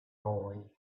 boy